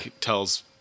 tells